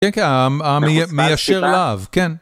כן, כן, מיישר להב, כן.